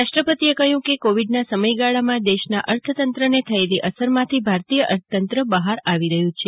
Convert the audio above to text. રાષ્ટ્રપતિએ કહ્યું કે કોવિડનાં સમયગાળામાં દેશનાં અર્થતંત્રને થયેલી અસરમાંથી ભારતીય અર્થતંત્ર બહાર આવી રહ્યું છે